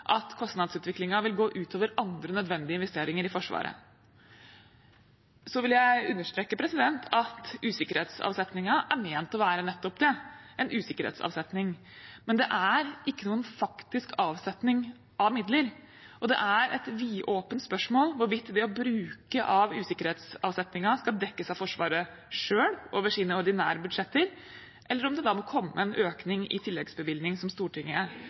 at kostnadsutviklingen vil gå ut over andre nødvendige investeringer i Forsvaret. Jeg vil understreke at usikkerhetsavsetningen er ment å være nettopp det, en usikkerhetsavsetning, men det er ikke noen faktisk avsetning av midler, og det er et vidåpent spørsmål hvorvidt det å bruke av usikkerhetsavsetningen skal dekkes av Forsvaret selv, over deres ordinære budsjetter, eller om det da må komme en økning, en tilleggsbevilgning, slik Stortinget allerede har vedtatt. Nettopp derfor er